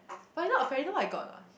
but you know apparently know what I got or not